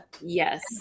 Yes